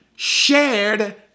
shared